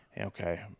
Okay